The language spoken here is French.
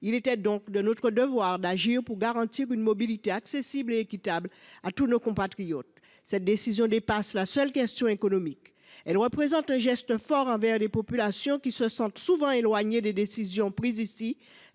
Il était donc de notre devoir d’agir pour garantir une mobilité accessible et équitable à tous nos compatriotes. Cette décision dépasse la seule question économique. Elle représente un geste fort envers des populations qui se sentent souvent éloignées des décisions prises ici,